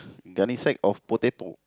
twenty sack of potato